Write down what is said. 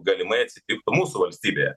galimai atsitiktų mūsų valstybėje